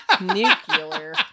Nuclear